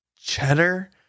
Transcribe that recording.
Cheddar